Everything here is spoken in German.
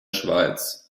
schweiz